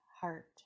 heart